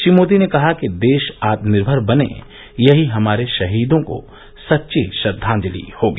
श्री मोदी ने कहा कि देश आत्मनिर्भर बने यही हमारे शहीदों को सच्ची श्रद्वांजलि होगी